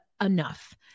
Enough